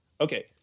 Okay